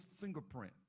fingerprint